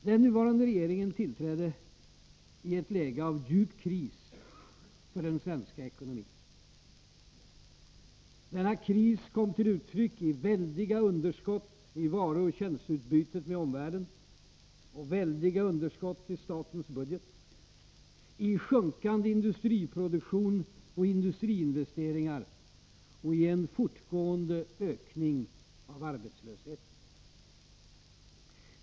Den nuvarande regeringen tillträdde i ett läge av djup kris för den svenska ekonomin. Denna kris kom till uttryck i väldiga underskott i varuoch tjänsteutbudet med omvärlden och i statens budget, i sjunkande industriproduktion och industriinvesteringar och i en fortgående ökning av arbetslösheten.